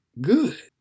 good